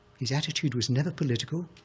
his attitude was never political.